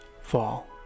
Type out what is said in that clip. fall